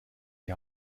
die